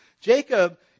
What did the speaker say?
Jacob